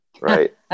right